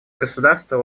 государства